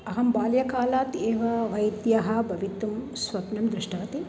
अहं बाल्यकालात् एव वैद्यः भवितुं स्वप्नं दृष्टवती